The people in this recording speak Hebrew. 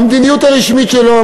המדיניות הרשמית שלו,